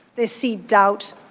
they seed doubt.